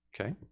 Okay